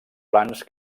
plans